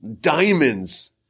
diamonds